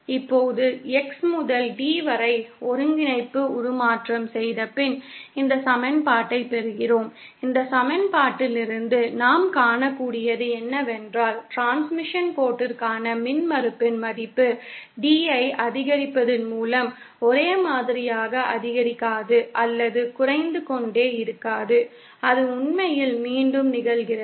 இப்போது X முதல் D வரை ஒருங்கிணைப்பு உருமாற்றம் செய்தபின் இந்த சமன்பாட்டைப் பெறுகிறோம் இந்த சமன்பாட்டிலிருந்து நாம் காணக்கூடியது என்னவென்றால் டிரான்ஸ்மிஷன் கோட்டிற்கான மின்மறுப்பின் மதிப்பு Dஐ அதிகரிப்பதன் மூலம் ஒரேமாதிரியாக அதிகரிக்காது அல்லது குறைந்து கொண்டே இருக்காது அது உண்மையில் மீண்டும் நிகழ்கிறது